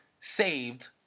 saved